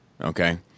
okay